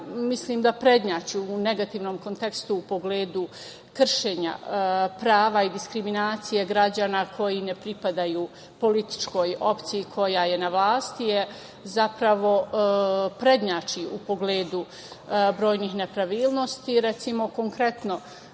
mislim da prednjači u negativnom kontekstu u pogledu kršenja prava i diskriminacije građana koji ne pripadaju političkoj opciji koja je na vlasti, zapravo prednjači u pogledu brojnih nepravilnosti. Recimo, konkretno,